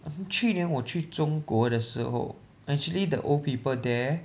去年我去中国的时候 actually the old people there